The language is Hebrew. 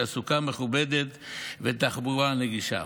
תעסוקה מכובדת ותחבורה נגישה.